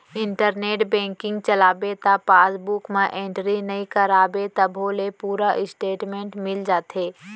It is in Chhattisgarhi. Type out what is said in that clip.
इंटरनेट बेंकिंग चलाबे त पासबूक म एंटरी नइ कराबे तभो ले पूरा इस्टेटमेंट मिल जाथे